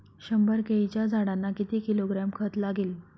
शंभर केळीच्या झाडांना किती किलोग्रॅम खत लागेल?